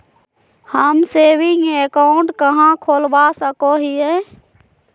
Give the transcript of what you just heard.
हम saving account कहाँ खोलवा सको हियै?